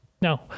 no